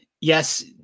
yes